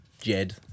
Jed